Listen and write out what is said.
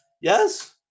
Yes